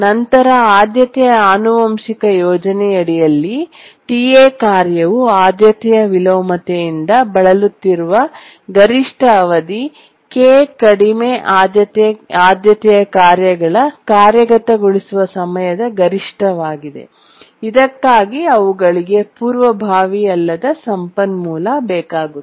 ನಂತರ ಆದ್ಯತೆಯ ಆನುವಂಶಿಕ ಯೋಜನೆಯಡಿಯಲ್ಲಿ Ta ಕಾರ್ಯವು ಆದ್ಯತೆಯ ವಿಲೋಮತೆಯಿಂದ ಬಳಲುತ್ತಿರುವ ಗರಿಷ್ಠ ಅವಧಿ k ಕಡಿಮೆ ಆದ್ಯತೆಯ ಕಾರ್ಯಗಳ ಕಾರ್ಯಗತಗೊಳಿಸುವ ಸಮಯದ ಗರಿಷ್ಠವಾಗಿದೆ ಇದಕ್ಕಾಗಿ ಅವುಗಳಿಗೆ ಪೂರ್ವಭಾವಿ ಅಲ್ಲದ ಸಂಪನ್ಮೂಲ ಬೇಕಾಗುತ್ತದೆ